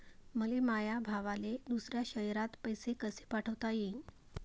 मले माया भावाले दुसऱ्या शयरात पैसे कसे पाठवता येईन?